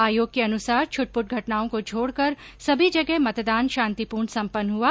आयोग के अनुसार छुट पुट घटनाओं को छोड़कर सभी जगह मतदान शांतिपूर्ण संपन्न हुआ